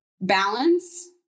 balance